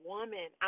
woman